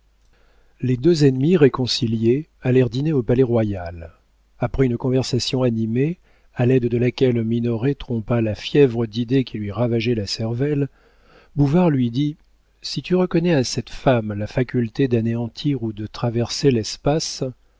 les deux ennemis réconciliés allèrent dîner au palais-royal après une conversation animée à l'aide de laquelle minoret trompa la fièvre d'idées qui lui ravageait la cervelle bouvard lui dit si tu reconnais à cette femme la faculté d'anéantir ou de traverser l'espace